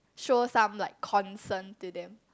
show some like concern to them